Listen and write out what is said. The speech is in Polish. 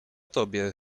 tobie